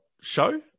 Show